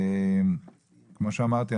כמו שאמרתי,